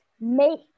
make